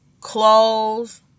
Clothes